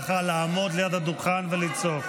אבל זה לא מקובל ככה לעמוד ליד הדוכן ולצעוק.